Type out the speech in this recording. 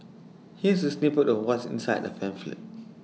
here's A snippet of what's inside the pamphlet